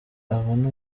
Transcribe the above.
abona